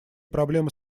проблемы